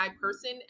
person